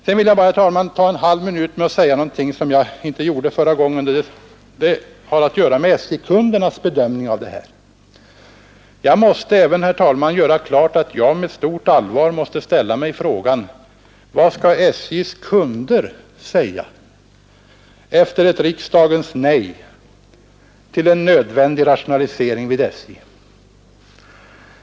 Så vill jag bara, herr talman, ägna en halv minut åt en sak som jag inte tog upp i mitt förra anförande, nämligen SJ-kundernas bedömning av denna fråga. Jag måste, herr talman, göra klart att jag med stort allvar ser på frågan vad SJ:s kunder skall säga efter ett riksdagens nej till en nödvändig rationalisering i SJ.